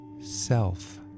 self